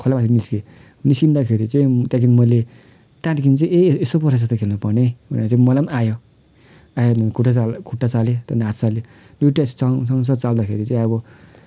खोलामाथि निस्किएँ निस्किँदाखेरि चाहिँ त्यहाँदेखि मैले त्यहाँदेखि चाहिँ ए यसो पो रहेछ त खेल्नुपर्ने भनेर चाहिँ मलाई पनि आयो आइहाल्यो नि खुट्टा चाल खुट्टा चालेँ त्यहाँदेखि हात चालेँ दुईवटा सँग सँगसँगै चाल्दाखेरि चाहिँ अब